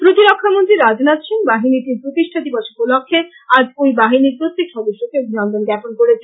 প্রতিরক্ষামন্ত্রী রাজনাথ সিং বাহিনীটির প্রতিষ্ঠা দিবস উপলক্ষে আজ ঐ বাহিনীর প্রত্যেক সদস্যকে অভিন্দন জ্ঞাপন করেছেন